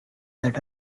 that